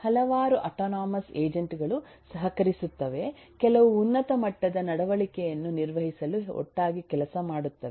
ಹಲವಾರು autonomous agent ಗಳು ಸಹಕರಿಸುತ್ತವೆ ಕೆಲವು ಉನ್ನತ ಮಟ್ಟದ ನಡವಳಿಕೆಯನ್ನು ನಿರ್ವಹಿಸಲು ಒಟ್ಟಾಗಿ ಕೆಲಸ ಮಾಡುತ್ತವೆ